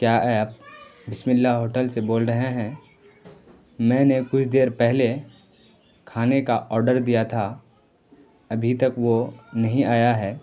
کیا آپ Bismillah hotel سے بول رہے ہیں میں نے کچھ دیر پہلے کھانے کا آڈر دیا تھا ابھی تک وہ نہیں آیا ہے